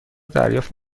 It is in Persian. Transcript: دریافت